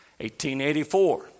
1884